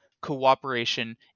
cooperation